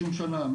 כבר 30 שנה,